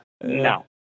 No